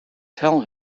tell